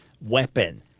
weapon